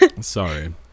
sorry